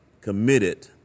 committed